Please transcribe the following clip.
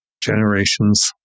generations